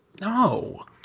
no